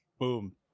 boom